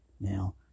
Now